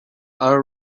our